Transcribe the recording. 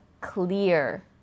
clear